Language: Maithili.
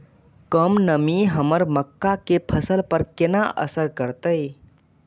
कम नमी हमर मक्का के फसल पर केना असर करतय?